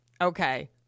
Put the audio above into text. Okay